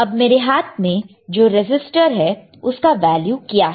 अब मेरे हाथ में जो रेसिस्टर है उसका वैल्यू क्या है